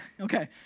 Okay